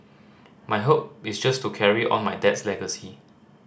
my hope is just to carry on my dad's legacy